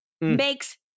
makes